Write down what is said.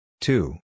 Two